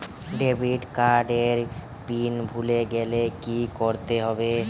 Debit card এর PIN ভুলে গেলে কি করতে হবে?